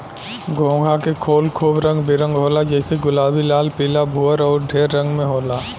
घोंघा के खोल खूब रंग बिरंग होला जइसे गुलाबी, लाल, पीला, भूअर अउर ढेर रंग में होला